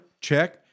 Check